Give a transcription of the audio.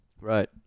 Right